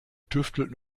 tüftelt